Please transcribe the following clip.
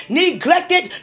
neglected